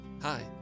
Hi